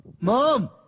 Mom